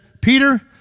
Peter